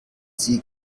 sie